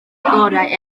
gorau